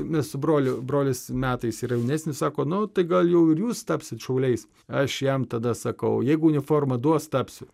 mes su broliu brolis metais yra jaunesnis sako nu tai gal jau ir jūs tapsit šauliais aš jam tada sakau jeigu uniforma duos tapsiu